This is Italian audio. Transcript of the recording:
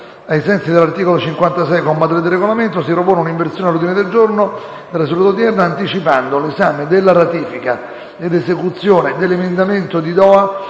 Ai sensi dell'articolo 56, comma 3, del Regolamento, si propone un inversione dell'ordine del giorno della seduta odierna, anticipando l'esame della ratifica ed esecuzione dell'Emendamento di Doha